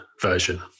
version